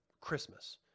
Christmas